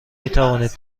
میتوانید